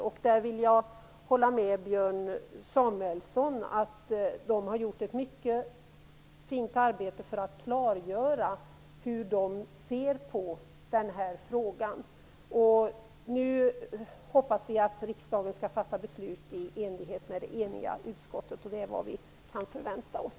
Jag vill hålla med Björn Samuelson om att de har gjort ett mycket bra arbete för att klargöra hur de ser på frågan. Nu hoppas vi att riksdagen skall fatta beslut i enlighet med det eniga utskottet. Det kan vi förvänta oss.